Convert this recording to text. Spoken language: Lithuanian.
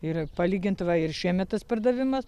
ir palygint va ir šiemet tas pardavimas